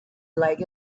like